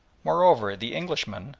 moreover, the englishman,